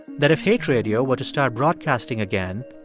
that if hate radio were to start broadcasting again,